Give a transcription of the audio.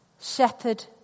shepherd